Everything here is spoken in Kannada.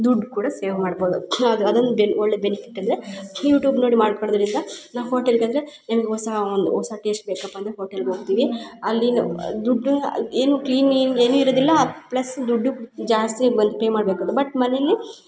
ದುಡ್ಡು ಕೂಡ ಸೇವ್ ಮಾಡ್ಬೋದು ಅದು ಅದನ್ನ ಬೆ ಒಳ್ಳೆಯ ಬೆನಿಫಿಟ್ ಅಂದರೆ ಯೂಟ್ಯೂಬ್ ನೋಡಿ ಮಾಡ್ಕೊಳೋದರಿಂದ ನಾ ಹೋಟೆಲ್ಗ ಅಂದರೆ ಹ್ಯಾಂಗ ಹೊಸ ಹೊಸ ಟೇಸ್ಟ್ ಬೇಕಪ್ಪ ಅಂದರೆ ಹೋಟೆಲ್ಗ ಹೋಗ್ತೀವಿ ಅಲ್ಲಿನ ದುಡ್ಡು ಏನು ಕ್ಲೀನ್ ಗೀನ್ ಏನು ಇರದಿಲ್ಲ ಪ್ಲಸ್ ದುಡ್ಡು ಜಾಸ್ತಿ ಬಂದು ಪೇ ಮಾಡ್ಬೇಕು ಅದು ಬಟ್ ಮನೆಯಲ್ಲಿ